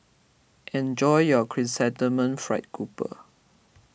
enjoy your Chrysanthemum Fried Grouper